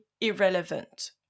irrelevant